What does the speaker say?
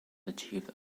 achieved